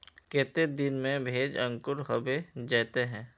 केते दिन में भेज अंकूर होबे जयते है?